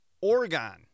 Oregon